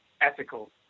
ethical